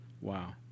Wow